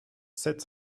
sept